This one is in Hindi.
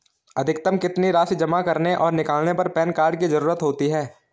अधिकतम कितनी राशि जमा करने और निकालने पर पैन कार्ड की ज़रूरत होती है?